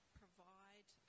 provide